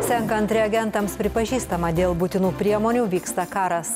sakant reagentams pripažįstama dėl būtinų priemonių vyksta karas